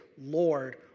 Lord